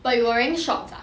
but you wearing shorts ah